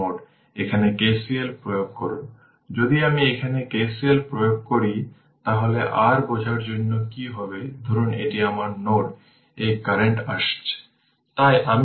সুতরাং এখন V 4 i কারণ 4 Ω রেজিস্টর আছে তাই 4 Ω রেজিস্টর জুড়ে ভোল্টেজটি V 4 i